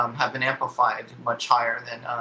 um haven't amplified much higher than